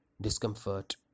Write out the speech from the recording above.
discomfort